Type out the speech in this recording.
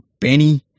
Benny